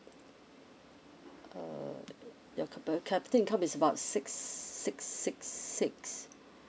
uh your capi~ capita income is about six six six six